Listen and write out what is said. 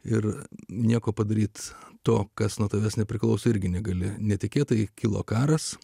ir nieko padaryti to kas nuo tavęs nepriklauso irgi negali netikėtai kilo karas